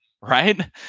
Right